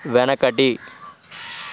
వెనకటి